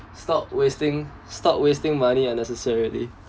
stop wasting stop wasting money unnecessarily